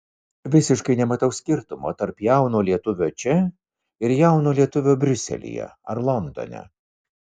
visiškai nematau skirtumo tarp jauno lietuvio čia ir jauno lietuvio briuselyje ar londone